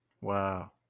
Wow